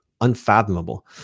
unfathomable